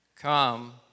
Come